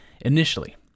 Initially